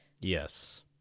Yes